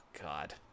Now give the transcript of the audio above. God